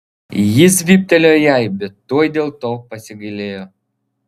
jis vyptelėjo jai bet tuoj dėl to pasigailėjo